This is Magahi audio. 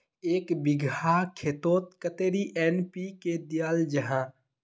एक बिगहा खेतोत कतेरी एन.पी.के दियाल जहा?